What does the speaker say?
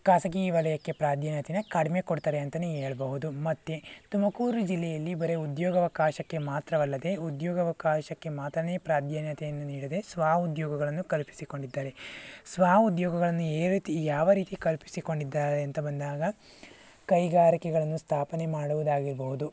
ಖಾಸಗಿ ವಲಯಕ್ಕೆ ಪ್ರಾಧಾನ್ಯತೆಯನ್ನ ಕಡಿಮೆ ಕೊಡ್ತಾರೆ ಅಂತಾನೆ ಹೇಳ್ಬೋದು ಮತ್ತು ತುಮಕೂರು ಜಿಲ್ಲೆಯಲ್ಲಿ ಬರೇ ಉದ್ಯೋಗಾವಕಾಶಕ್ಕೆ ಮಾತ್ರವಲ್ಲದೆ ಉದ್ಯೋಗಾವಕಾಶಕ್ಕೆ ಮಾತ್ರಾನೆ ಪ್ರಾಧಾನ್ಯತೆಯನ್ನು ನೀಡದೆ ಸ್ವ ಉದ್ಯೋಗಗಳನ್ನು ಕಲ್ಪಿಸಿಕೊಂಡಿದ್ದಾರೆ ಸ್ವ ಉದ್ಯೋಗಗಳನ್ನು ಈ ರೀತಿ ಯಾವ ರೀತಿ ಕಲ್ಪಿಸಿಕೊಂಡಿದ್ದಾರೆ ಅಂತ ಬಂದಾಗ ಕೈಗಾರಿಕೆಗಳನ್ನು ಸ್ಥಾಪನೆ ಮಾಡುವುದಾಗಿರಬಹುದು